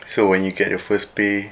so when you get your first pay